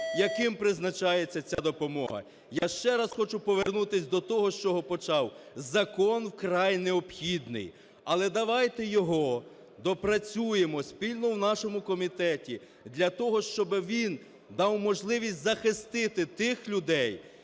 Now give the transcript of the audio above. яким призначається ця допомога. Я ще раз хочу повернутися до того, з чого почав: закон вкрай необхідний, але давайте його доопрацюємо спільно в нашому комітеті для того, щоби він дав можливість захистити тих людей,